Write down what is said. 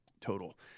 total